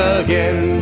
again